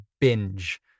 binge